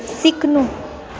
सिक्नु